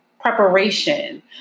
preparation